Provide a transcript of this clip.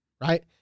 Right